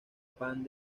pan